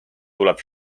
tuleb